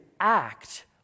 act